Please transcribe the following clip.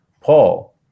Paul